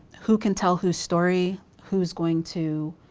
who can tell whose story? who's going to